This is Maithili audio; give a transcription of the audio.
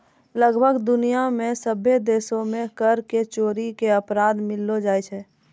लगभग दुनिया मे सभ्भे देशो मे कर के चोरी के अपराध मानलो जाय छै